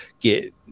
get